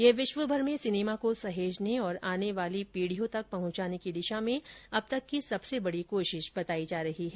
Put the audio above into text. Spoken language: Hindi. यह विश्वभर में सिनेमा को सहेजने और आने वाली पीढियों तक पहुंचाने की दिशा में अब तक की सबसे बड़ी कोशिश है